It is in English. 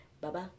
Bye-bye